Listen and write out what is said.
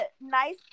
nice